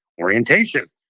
Orientation